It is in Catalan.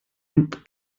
amb